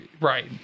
right